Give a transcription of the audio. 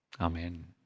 Amen